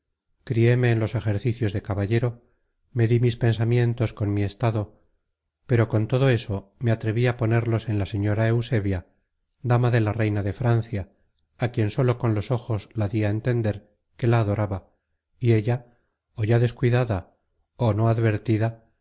criéme en los ejercicios de caballero medí mis pensamientos con mi estado pero con todo eso me atreví á ponerlos en la señora eusebia dama de la reina de francia á quien sólo con los ojos la dí á entender que la adoraba y ella ó ya descuidada ó no advertida